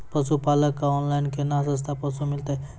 पशुपालक कऽ ऑनलाइन केना सस्ता पसु मिलतै?